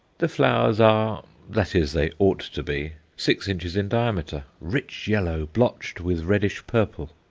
the flowers are that is, they ought to be six inches in diameter, rich yellow, blotched with reddish purple.